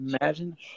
Imagine